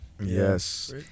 Yes